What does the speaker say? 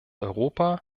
europa